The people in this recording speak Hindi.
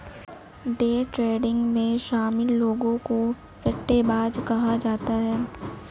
डे ट्रेडिंग में शामिल लोगों को सट्टेबाज कहा जाता है